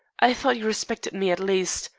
i thought you respected me, at least.